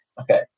Okay